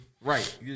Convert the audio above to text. right